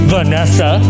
Vanessa